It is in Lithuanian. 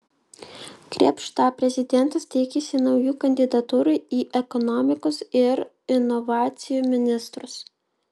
krėpšta prezidentas tikisi naujų kandidatūrų į ekonomikos ir inovacijų ministrus